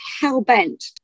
hell-bent